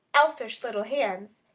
elfish little hands,